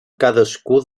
cadascú